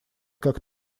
как